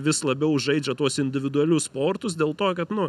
vis labiau žaidžia tuos individualius sportus dėl to kad nu